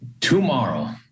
Tomorrow